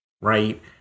right